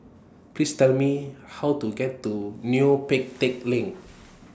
Please Tell Me How to get to Neo Pee Teck Lane